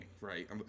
right